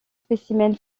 spécimens